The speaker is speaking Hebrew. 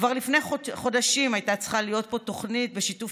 כבר לפני חודשים הייתה צריכה להיות פה תוכנית בשיתוף